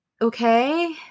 okay